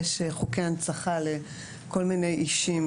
יש חוקי הנצחה לכל מיני אישים,